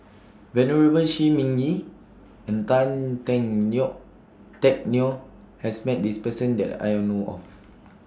Venerable Shi Ming Yi and Tan Teck Neo Teck Neo has Met This Person that I know of